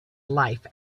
life